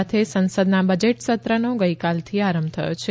સાથે સંસદના બજેટ સત્રનો ગઇકાલથી આરંભ થયો છે